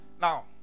now